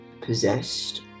possessed